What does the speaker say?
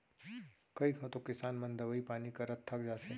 कई घंव तो किसान मन दवई पानी करत थक जाथें